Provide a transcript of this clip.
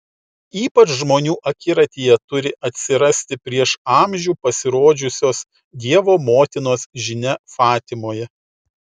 ypač žmonių akiratyje turi atsirasti prieš amžių pasirodžiusios dievo motinos žinia fatimoje